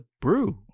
brew